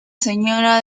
señora